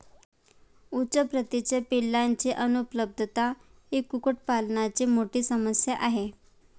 उच्च प्रतीच्या पिलांची अनुपलब्धता ही कुक्कुटपालनाची मोठी समस्या आहे